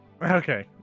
okay